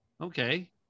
Okay